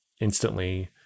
instantly